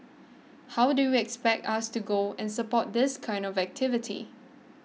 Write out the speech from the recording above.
how do expect us to go and support this kind of activity